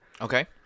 Okay